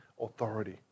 authority